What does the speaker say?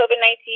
COVID-19